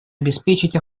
обеспечить